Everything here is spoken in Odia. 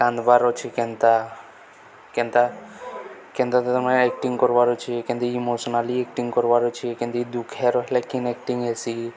କାନ୍ଦବାର୍ ଅଛି କେନ୍ତା କେନ୍ତା କେନ୍ତା ତ ତାନେ ଆକ୍ଟିଙ୍ଗ କରବାର୍ ଅଛି କେମନ୍ତି ଇମୋସନାଲି ଆକ୍ଟିଙ୍ଗ କରବାର୍ ଅଛି କେନ୍ତି ଦୁଃଖର ହେ ଲଖନ୍ ଆକ୍ଟିଙ୍ଗ ହେସି